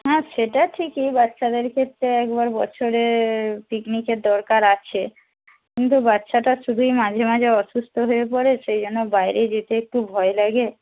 হ্যাঁ সেটা ঠিকই বাচ্চাদের ক্ষেত্রে একবার বছরে পিকনিকের দরকার আছে কিন্তু বাচ্চাটা শুধুই মাঝে মাঝে অসুস্থ হয়ে পড়ে সেই জন্য বাইরে যেতে একটু ভয় লাগে